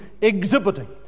exhibiting